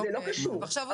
זה לא קשור אם כן,